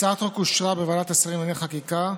הצעת החוק אושרה בוועדת השרים לענייני חקיקה.